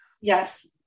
Yes